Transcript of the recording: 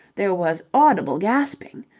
there was audible gasping.